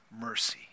mercy